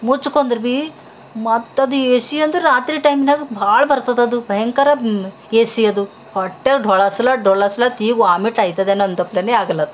ಮುಚ್ಕೊಂದ್ರ ಬಿ ಮತ್ತದು A C ಅಂದರ ರಾತ್ರಿ ಟೈಮ್ನಾಗ ಭಾಳ ಬರ್ತದದು ಭಯಂಕರ ಎ ಸಿ ಅದು ಹೊಟ್ಯಾಗ ಢೊಳಸ್ಲ ಢೊಳಸ್ಲತಿ ವಾಮಿಟ್ ಆಯ್ತದೇನೋ ಅಂತಪ್ಲೆನೇ ಆಗಲ್ಲದು